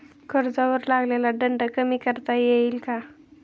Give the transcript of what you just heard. कर्जावर लागलेला दंड कमी करता येईल का?